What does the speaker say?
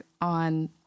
on